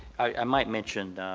i might mention,